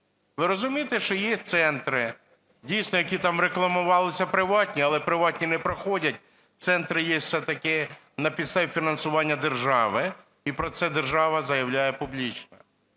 Ви розумієте, що є центри, дійсно, які там рекламувалися приватні, але приватні не проходять, центри є все-таки на підставі фінансування держави, і про це держава заявляє публічно.